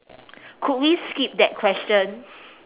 could we skip that question